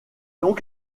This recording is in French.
donc